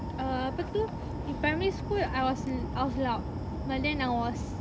err apa tu in primary school I was I was loud but then I was